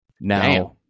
now